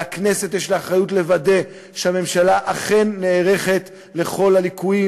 והכנסת יש לה אחריות לוודא שהממשלה אכן נערכת לכל הליקויים,